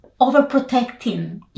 overprotecting